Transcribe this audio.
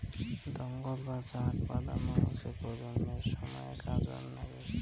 দঙ্গল বা ঝাঁক বাঁধা মৌমাছির প্রজননের সমায় কাজত নাগে